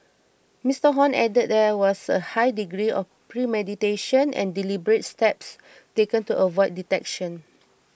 Mister Hon added that there was a high degree of premeditation and deliberate steps taken to avoid detection